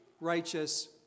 righteous